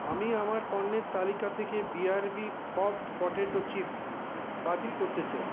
আমি আমার পণ্যের তালিকা থেকে B R B popped potato chips বাতিল করতে চাই